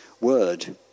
word